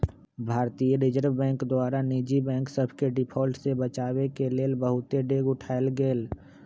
भारतीय reserve bank द्वारा निजी बैंक सभके डिफॉल्ट से बचाबेके लेल बहुते डेग उठाएल गेल